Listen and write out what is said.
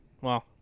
Wow